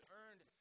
earned